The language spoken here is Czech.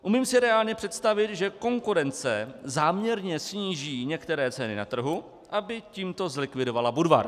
Umím si reálně představit, že konkurence záměrně sníží některé ceny na trhu, aby tímto zlikvidovala Budvar.